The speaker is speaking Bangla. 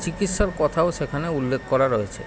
চিকিৎসার কথাও সেখানে উল্লেখ করা রয়েছে